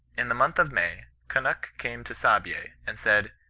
in the month of may, kunnuk came to saabye, and said,